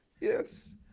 Yes